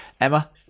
Emma